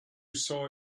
saw